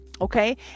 okay